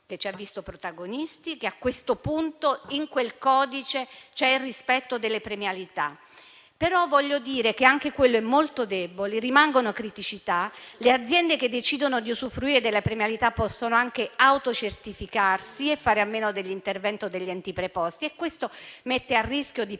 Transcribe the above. che ci ha visto protagonisti, che esso contiene il rispetto delle premialità. Però anche questo aspetto è molto debole e rimangono delle criticità. Le aziende che decidono di usufruire della premialità possono anche autocertificarsi e fare a meno dell'intervento degli enti preposti; questo mette a rischio di